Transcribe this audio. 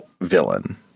villain